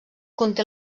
conté